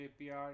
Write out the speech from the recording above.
APR